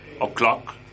o'clock